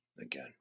Again